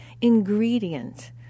ingredient